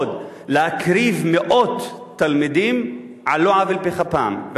להקריב מאות תלמידים על לא עוול בכפם,